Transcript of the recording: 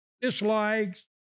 dislikes